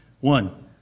One